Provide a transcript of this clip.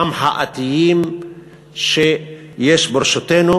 המחאתיים שברשותנו.